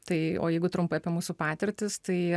tai o jeigu trumpai apie mūsų patirtis tai